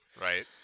right